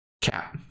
Cat